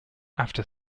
after